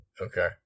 Okay